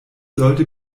sollte